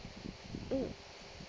mm